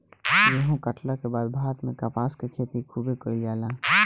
गेहुं काटला के बाद भारत में कपास के खेती खूबे कईल जाला